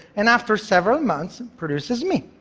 and after several months, produces me.